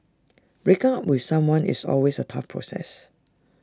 breaking up with someone is always A tough process